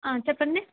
ఆ చెప్పండి